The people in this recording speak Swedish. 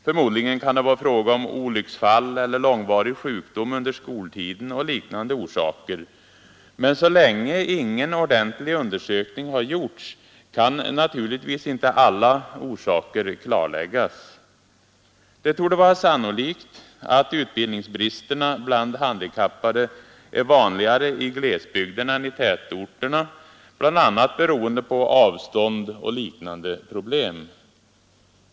Förmodligen kan det vara fråga om olycksfall eller långvarig sjukdom under skoltiden eller liknande orsaker, men så länge ingen ordentlig undersökning gjorts kan naturligtvis inte alla orsaker klarläggas. Det torde vara sannolikt att utbildningsbristerna bland handikappade är vanligare i glesbygderna än i tätorterna, bl.a. beroende på avstånd och liknande problem.